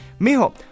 Mijo